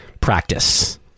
practice